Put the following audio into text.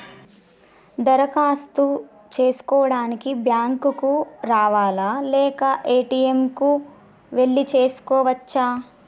దరఖాస్తు చేసుకోవడానికి బ్యాంక్ కు రావాలా లేక ఏ.టి.ఎమ్ కు వెళ్లి చేసుకోవచ్చా?